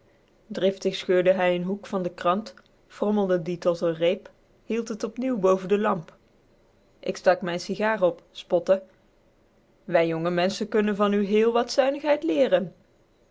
driftig scheurde hij n hoek van de krant frommelde dien tot een reep hield t opnieuw boven de lamp ik stak mijn sigaar op spotte wij jonge menschen kunnen van u héél wat zuinigheid leeren